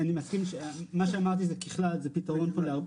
אני מסכים ומה שאמרתי זה פתרון פה להרבה.